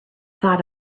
thought